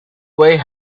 way